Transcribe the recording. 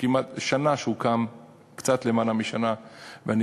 קצת למעלה משנה מאז הוקם,